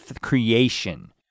creation